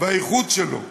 והייחוד שלו,